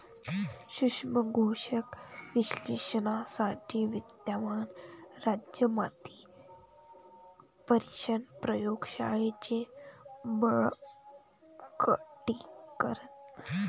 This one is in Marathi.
सूक्ष्म पोषक विश्लेषणासाठी विद्यमान राज्य माती परीक्षण प्रयोग शाळांचे बळकटीकरण